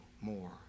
more